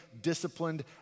disciplined